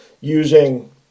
using